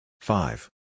Five